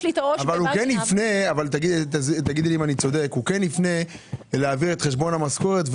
אבל הוא כן יפנה אלייך כדי שתעבירי את חשבון המשכורת,